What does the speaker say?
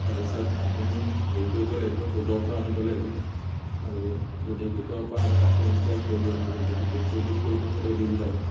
তাৰপিছত আপুনি হেৰি কৰিব লাগিব গোটৰ পৰা আনিব লাগিব আৰু যদি গোটৰ পৰা আনে আকৌ ইণ্টাৰেষ্ট ভৰিব লাগিব গতিকে সেইবোৰ কৰি থাকোঁতে দিন যাব